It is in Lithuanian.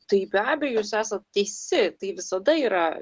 tai be abejo jūs esat teisi tai visada yra